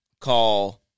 call